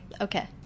okay